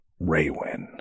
Raywin